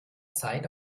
zeit